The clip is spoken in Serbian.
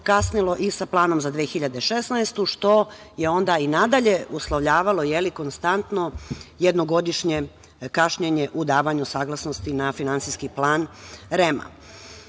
kasnilo i sa planom za 2016. godinu, što je onda i nadalje uslovljavalo konstantno jednogodišnje kašnjenje u davanju saglasnosti na finansijski plan